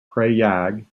commemorating